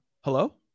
Hello